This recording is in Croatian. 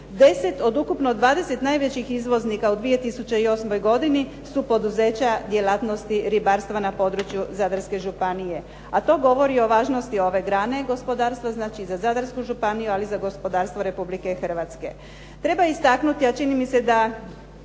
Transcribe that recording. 10 od ukupno 20 najvećih izvoznika u 2008. godini su poduzeća djelatnosti ribarstva na području Zadarske županije, a to govori o važnosti ove grane gospodarstva, znači za Zadarsku županiju, ali i za gospodarstvo Republike Hrvatske. Treba istaknuti, a čini mi se da